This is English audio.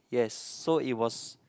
yes so it was